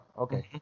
Okay